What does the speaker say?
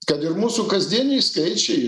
kad ir mūsų kasdieniai skaičiai